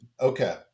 Okay